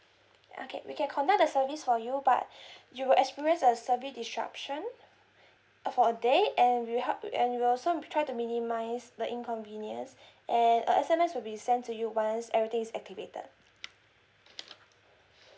okay we can conduct the service for you but you will experience a service disruption uh for a day and we'll help and we'll also try to minimize the inconvenience and a S_M_S will be sent to you once everything is activated